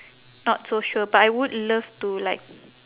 not so sure but I would love to like